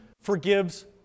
forgives